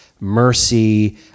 Mercy